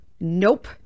nope